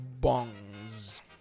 bongs